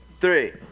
three